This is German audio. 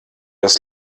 das